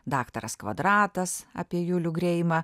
daktaras kvadratas apie julių greimą